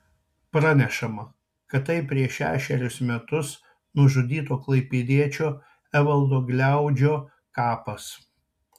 pranešama kad tai prieš šešerius metus nužudyto klaipėdiečio evaldo gliaudžio kapas